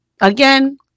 Again